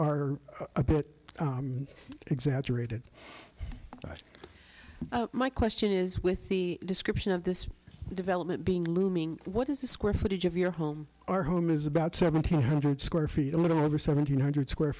are a bit exaggerated but my question is with the description of this development being looming what is the square footage of your home our home is about seven hundred square feet a little over seven hundred square